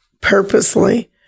purposely